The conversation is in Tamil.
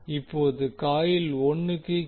இப்போது காயில் 1 க்கு கே